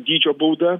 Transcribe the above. dydžio bauda